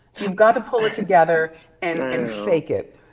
you've got to pull it together and and fake it.